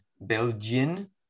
Belgian